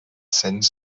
cents